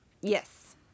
Yes